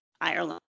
Ireland